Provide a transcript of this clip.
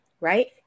right